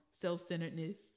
self-centeredness